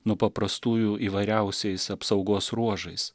nuo paprastųjų įvairiausiais apsaugos ruožais